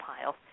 pile